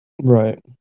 right